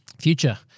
future